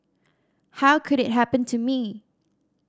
how could it happen to me